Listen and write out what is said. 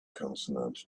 consonant